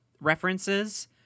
references